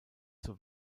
zur